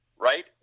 right